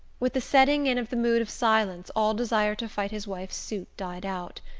with the setting in of the mood of silence all desire to fight his wife's suit died out.